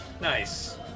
Nice